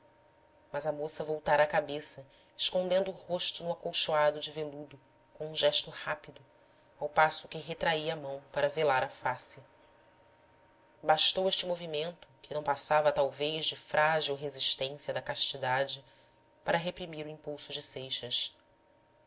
mas a moça voltara a cabeça escondendo o rosto no acolchoado de veludo com um gesto rápido ao passo que retraía a mão para velar a face bastou este movimento que não passava talvez de frágil resistência da castidade para reprimir o impulso de seixas